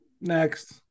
next